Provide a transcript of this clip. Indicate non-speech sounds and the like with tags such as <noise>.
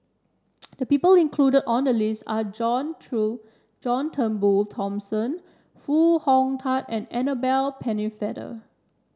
<noise> the people included on the list are John True John Turnbull Thomson Foo Hong Tatt and Annabel Pennefather